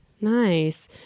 Nice